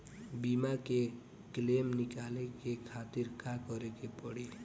बीमा के क्लेम निकाले के खातिर का करे के पड़ी?